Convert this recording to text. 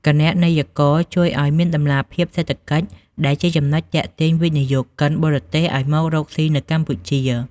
គណនេយ្យករជួយឱ្យមានតម្លាភាពសេដ្ឋកិច្ច ដែលជាចំណុចទាក់ទាញវិនិយោគិនបរទេសឱ្យមករកស៊ីនៅកម្ពុជា។